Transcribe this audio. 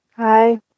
Hi